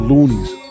Loonies